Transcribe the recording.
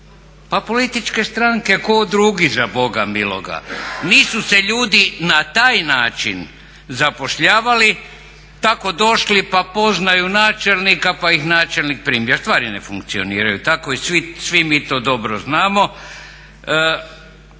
Pa političke stranke, tko drugi za Boga miloga. Nisu se ljudi na taj način zapošljavali, tako došli pa poznaju načelnika, pa ih načelnih primi. Stvari ne funkcioniraju tako i svi mi to dobro znamo.